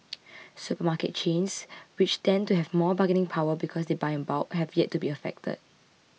supermarket chains which tend to have more bargaining power because they buy in bulk have yet to be affected